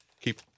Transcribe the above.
keep